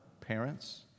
parents